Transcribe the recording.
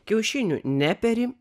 kiaušinių neperi